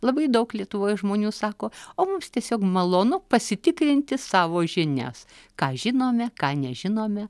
labai daug lietuvoje žmonių sako o mums tiesiog malonu pasitikrinti savo žinias ką žinome ką nežinome